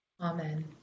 amen